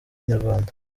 inyarwanda